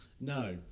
No